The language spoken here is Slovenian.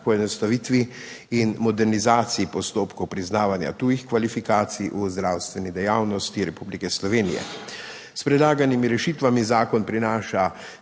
poenostavitvi in modernizaciji postopkov priznavanja tujih kvalifikacij v zdravstveni dejavnosti Republike Slovenije. S predlaganimi rešitvami zakon prinaša